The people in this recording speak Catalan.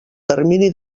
termini